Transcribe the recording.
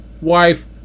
wife